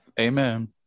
Amen